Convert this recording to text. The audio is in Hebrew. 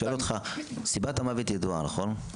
שאלו אותך, סיבת המוות ידועה, נכון?